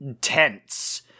tense